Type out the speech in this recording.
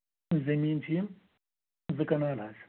زٔمیٖن چھِ یِم زٕ کَنال حظ